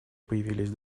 появились